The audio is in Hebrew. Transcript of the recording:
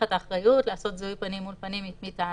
את האחריות לעשות זיהוי פנים מול פנים מטעמי,